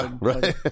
Right